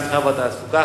המסחר והתעסוקה,